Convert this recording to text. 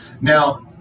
now